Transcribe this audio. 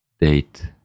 date